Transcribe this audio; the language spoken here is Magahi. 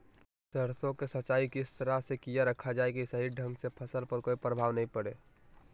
सरसों के सिंचाई किस तरह से किया रखा जाए कि सही ढंग से फसल पर कोई प्रभाव नहीं पड़े?